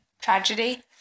Tragedy